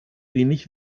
wenig